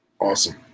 awesome